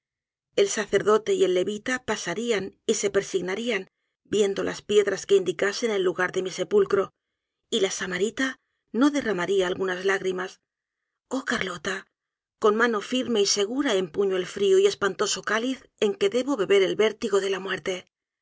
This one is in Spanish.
el sacerdote y el levita pasarían y se persignarían viendo las piedras que indicasen el lugar de mi sepulcro y el samanta no derramaría algunas lágrimas ii h arlota con mano firme y segura empuño el frío y espantoso cáliz en que debo beber el vértigo de la muerte